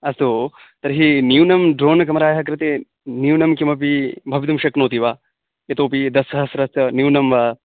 अस्तु तर्हि न्यूनं ड्रोन् क्यम्राः कृते न्यूनं किमपि भवितुं शक्नोति वा इतोपि दशसहस्रात् न्यूनं वा